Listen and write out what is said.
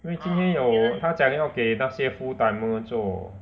因为今天有他讲要给那些 full timer 做